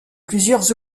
plusieurs